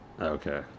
okay